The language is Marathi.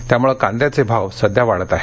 त्यामुळे कांद्याचे भाव सध्या वाढत आहेत